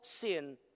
sin